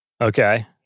Okay